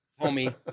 homie